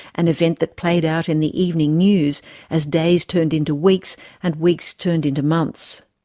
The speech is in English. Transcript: an event that played out in the evening news as days turned into weeks and weeks turned into months.